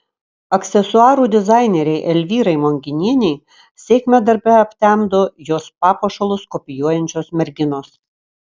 aksesuarų dizainerei elvyrai monginienei sėkmę darbe aptemdo jos papuošalus kopijuojančios merginos